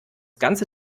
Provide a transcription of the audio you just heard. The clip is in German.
ganze